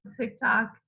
tiktok